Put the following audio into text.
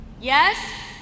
Yes